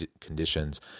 conditions